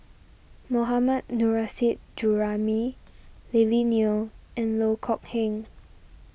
Mohammad Nurrasyid Juraimi Lily Neo and Loh Kok Heng